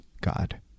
God